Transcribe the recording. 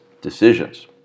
decisions